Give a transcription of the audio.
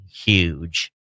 huge